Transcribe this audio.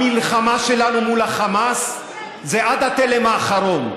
המלחמה שלנו מול החמאס זה עד התלם האחרון,